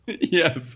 Yes